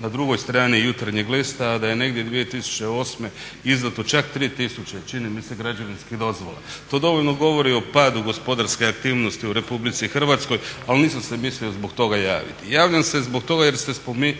na drugoj strani Jutarnjeg lista, a da je negdje 2008. izdato čak 3000 čini mi se građevinskih dozvola. To dovoljno govori o padu gospodarske aktivnosti u Republici Hrvatskoj, ali nisam se mislio zbog toga javiti. Javljam se zbog toga jer ste